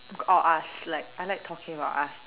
or us I like talking about us